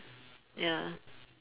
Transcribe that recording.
ya